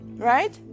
Right